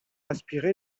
inspiré